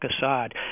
Assad